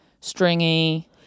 stringy